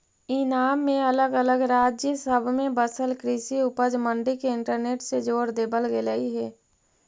ईनाम में अलग अलग राज्य सब में बसल कृषि उपज मंडी के इंटरनेट से जोड़ देबल गेलई हे